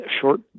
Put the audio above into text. short